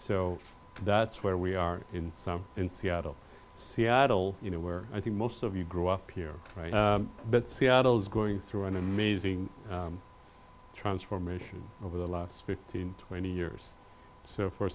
so that's where we are in some in seattle seattle you know where i think most of you grew up here but seattle's going through an amazing transformation over the last fifteen twenty years so for